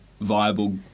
viable